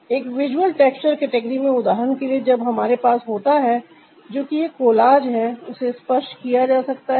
एक visual texture category में उदाहरण के लिए जब हमारे पास होता है जो कि एक कोलाज है उसे स्पर्श किया जा सकता है